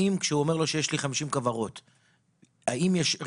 האם כשהוא אומר לו שיש לי 50 כוורות,